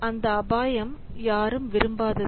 அந்த அபாயம் யாரும் விரும்பாதது